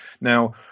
Now